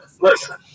listen